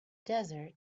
desert